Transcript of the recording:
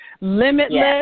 Limitless